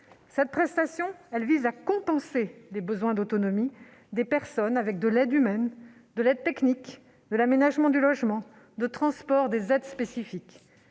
Cette prestation vise à compenser les besoins d'autonomie des personnes avec de l'aide humaine, de l'aide technique, de l'aménagement du logement, du transport et des aides spécifiques.